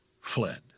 fled